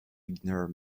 ignore